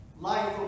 life